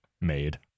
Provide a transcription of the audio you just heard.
made